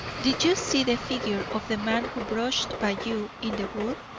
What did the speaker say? did you see the figure of the man who brushed by you in the wood?